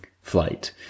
flight